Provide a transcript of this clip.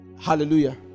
hallelujah